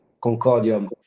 Concordium